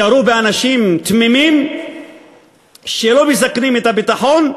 ירו באנשים תמימים שלא מסכנים את הביטחון.